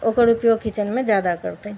ओकर उपयोग किचनमे जादा करतै